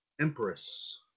Empress